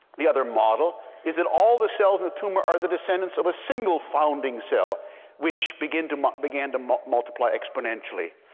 the other model, is that all the cells in the tumor are the descendants of a single founding cell which began to began to multiply exponentially.